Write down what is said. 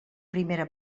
primera